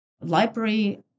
library